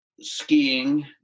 skiing